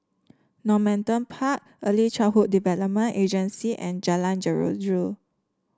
Normanton Park Early Childhood Development Agency and Jalan Jeruju